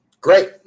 Great